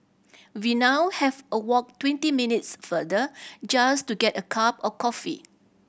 we now have a walk twenty minutes farther just to get a cup of coffee